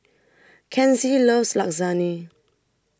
Kenzie loves Lasagne